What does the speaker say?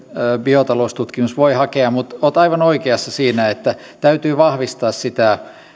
biotaloustutkimus voi hakea mutta olet aivan oikeassa siinä että täytyy vahvistaa sitä